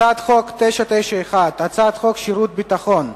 הצעת חוק פ/991, הצעת חוק שירות ביטחון (תיקון,